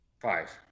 Five